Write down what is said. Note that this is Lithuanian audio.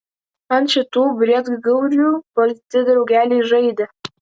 ant šitų briedgaurių balti drugeliai žaidė